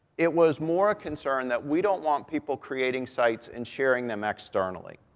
it was more a concern that we don't want people creating sites and sharing them externally.